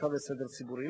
אבטחה וסדר ציבורי.